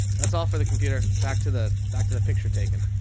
that's all for the computer. back to the back to the picture taken